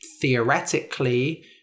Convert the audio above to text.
theoretically